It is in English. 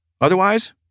Otherwise